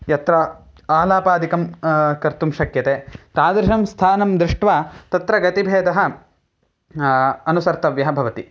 यत्र आलापादिकं कर्तुं शक्यते तादृशं स्थानं दृष्ट्वा तत्र गतिभेदः अनुसर्तव्यः भवति